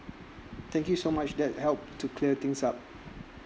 thank you so much that help to clear things up